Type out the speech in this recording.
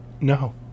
No